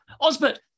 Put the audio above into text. Osbert